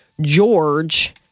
George